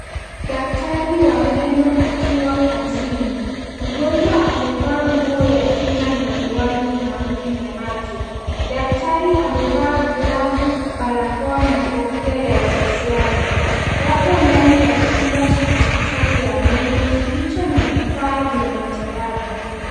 Daktari wa meno akiwa kazini. Mgonjwa amevaa nguo ya kinga na miwani maalum ya macho. Daktari amevaa glavu, barakoa na kofia ya upasuaji. Wapo ndani ya chumba cha hospitali ya meno kilicho na vifaa vya matibabu.